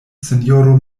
sinjoro